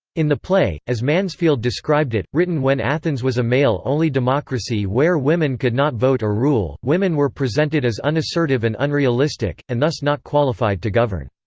in the play, as mansfield described it, written when athens was a male-only democracy where women could not vote or rule, women were presented as unassertive and unrealistic, and thus not qualified to govern.